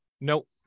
nope